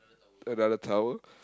another tower